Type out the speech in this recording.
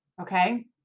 okay